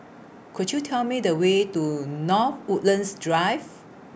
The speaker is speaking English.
Could YOU Tell Me The Way to North Woodlands Drive